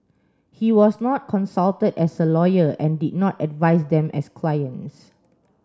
he was not consulted as a lawyer and did not advise them as clients